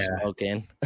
smoking